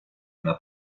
una